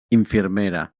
infermera